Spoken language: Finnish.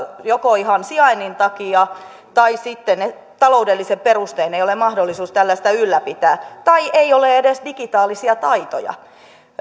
joko ihan sijainnin takia tai sitten taloudellisin perustein ei ole mahdollista tällaista ylläpitää tai ei ole edes digitaalisia taitoja